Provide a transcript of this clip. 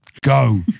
Go